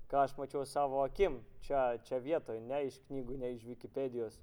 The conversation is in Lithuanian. ką aš mačiau savo akim čia čia vietoj ne iš knygų ne iš vikipedijos